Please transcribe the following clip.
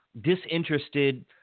disinterested –